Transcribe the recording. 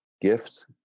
gift